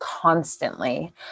constantly